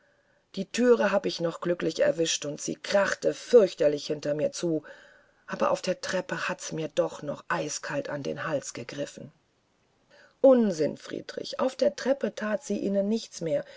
die thüre hab ich noch glücklich erwischt und sie krachte fürchterlich hinter mir zu aber auf der treppe hat's mir doch noch eiskalt an den hals gegriffen unsinn friedrich auf der treppe that sie ihnen nichts mehr